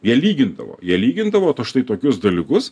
jie lygindavo jie lygindavo štai tokius dalykus